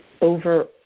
over